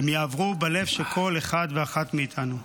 הן יעברו בלב של כל אחד ואחת מאיתנו.